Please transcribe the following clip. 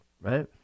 right